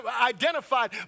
identified